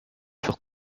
furent